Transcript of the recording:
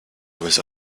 was